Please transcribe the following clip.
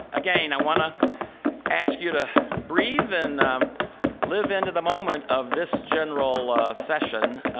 again, i want to ask you to breathe and live into the moment of this general session.